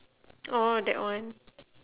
orh that one